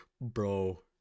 bro